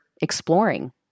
exploring